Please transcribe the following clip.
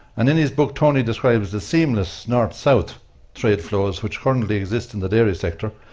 and in his book, tony describes the seamless north-south trade flaws which currently exist in the dairy sector,